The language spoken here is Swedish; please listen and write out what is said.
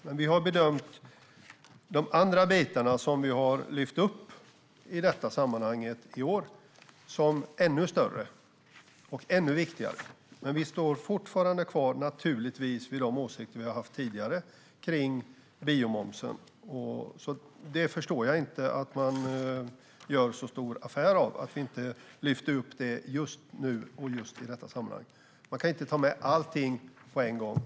Men vi har bedömt de andra bitar som vi har lyft upp i detta sammanhang i år som ännu större och ännu viktigare. Vi står naturligtvis fortfarande kvar vid de åsikter vi har haft tidigare kring biomomsen. Jag förstår inte att man gör en så stor affär av att vi inte lyfter upp det just i detta sammanhang. Man kan inte ta med allting på en gång.